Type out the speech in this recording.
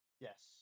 Yes